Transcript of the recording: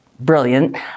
brilliant